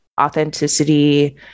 authenticity